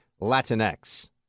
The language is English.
Latinx